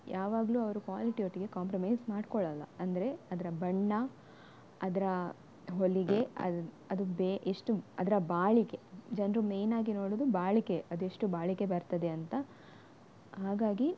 ಯಾವಾಗಲು ಅವರು ಕ್ವಾಲಿಟಿ ಒಟ್ಟಿಗೆ ಕಾಂಪ್ರಮೈಸ್ ಮಾಡಿಕೊಳ್ಳಲ್ಲ ಅಂದರೆ ಅದರ ಬಣ್ಣ ಅದರ ಹೊಲಿಗೆ ಅದು ಅದು ಬೇ ಎಷ್ಟು ಅದರ ಬಾಳಿಕೆ ಜನರು ಮೇನ್ ಆಗಿ ನೋಡೋದು ಬಾಳಿಕೆ ಅದೆಷ್ಟು ಬಾಳಿಕೆ ಬರ್ತದೆ ಅಂತ ಹಾಗಾಗಿ